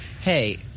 hey